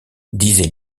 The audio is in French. disait